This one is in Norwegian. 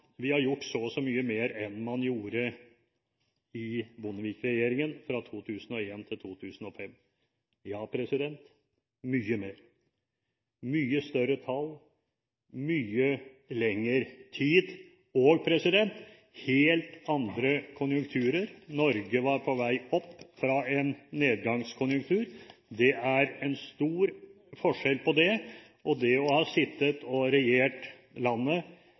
har gjort så og så mye mer enn man gjorde i Bondevik-regjeringen fra 2001–2005. Ja, mye mer: mye større tall, mye lengre tid og helt andre konjunkturer. Norge var på vei opp fra en nedgangskonjunktur. Det er stor forskjell på det og det å ha sittet og regjert landet